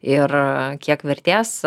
ir kiek vertės